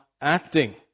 acting